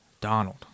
Donald